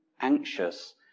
anxious